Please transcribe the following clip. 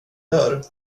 dör